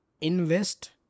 invest